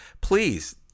please